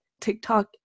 TikTok